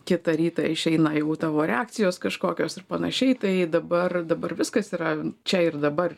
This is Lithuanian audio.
kitą rytą išeina jau tavo reakcijos kažkokios ir panašiai tai dabar dabar viskas yra čia ir dabar